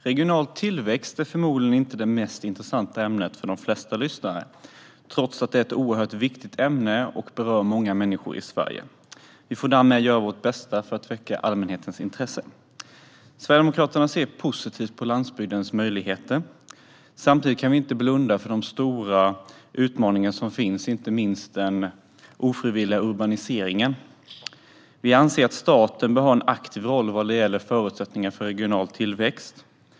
Herr talman! Regional tillväxt är förmodligen inte det mest intressanta ämnet för de flesta lyssnare, trots att det är ett oerhört viktigt ämne som berör många människor i Sverige. Vi får därmed göra vårt bästa för att väcka allmänhetens intresse. Sverigedemokraterna ser positivt på landsbygdens möjligheter. Samtidigt kan vi inte blunda för de stora utmaningar som finns, inte minst den ofrivilliga urbaniseringen. Vi anser att staten bör ha en aktiv roll vad gäller förutsättningar för regional tillväxt.